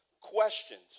questions